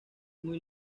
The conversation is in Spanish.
muy